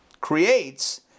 creates